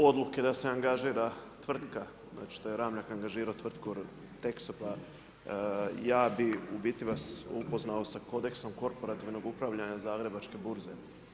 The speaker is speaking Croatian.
Odluke, da se angažira tvrtka, znači to je Ramljak angažirao tvrtku Texo da ja bi u biti vas upoznao sa kodeksom korporativnog upravljanja Zagrebačke burze.